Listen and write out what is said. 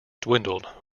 dwindled